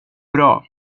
bra